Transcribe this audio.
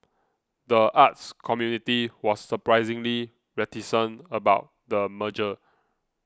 the arts community was surprisingly reticent about the merger